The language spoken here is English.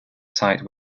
site